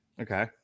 Okay